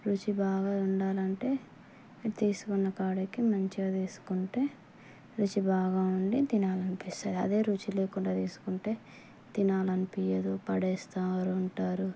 రుచి బాగా ఉండాలంటే తీసుకున్న కాడికి మంచిగా తీసుకుంటే రుచి బాగా ఉండి తీనాలనిపిస్తుంది అదే రుచి లేకుండా తీసుకుంటే తినాలనిపించదు పడేస్తా ఉంటారు